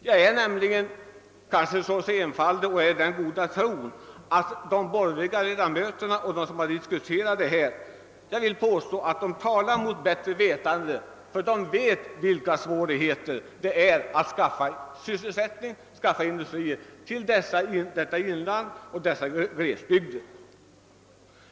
Jag vill påstå — jag är inte så enfaldig att jag inte förstår det — att de borgerliga ledamöter som diskuterat detta talat mot bättre vetande; de vet mycket väl hur svårt det är att få industrier och sysselsättning till glesbygderna i Västerbottens inland.